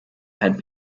had